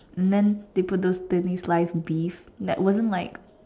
and then they put those thinly sliced beef that wasn't like